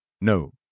No